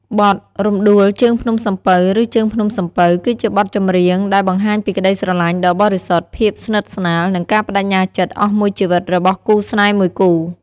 បទ រំដួលជើងភ្នំសំពៅ ឬ ជើងភ្នំសំពៅ គឺជាបទចម្រៀងដែលបង្ហាញពីក្តីស្រឡាញ់ដ៏បរិសុទ្ធ ភាពស្និទ្ធស្នាល និងការប្តេជ្ញាចិត្តអស់មួយជីវិតរបស់គូស្នេហ៍មួយគូ។